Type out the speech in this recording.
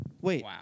Wait